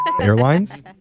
Airlines